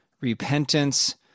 repentance